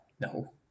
No